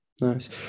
nice